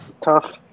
Tough